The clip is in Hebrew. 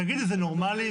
תגידי, זה נורמלי?